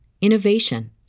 innovation